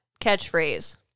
catchphrase